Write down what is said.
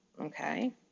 okay